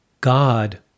God